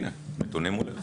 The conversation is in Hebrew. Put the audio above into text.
הנה, הנתונים מולך.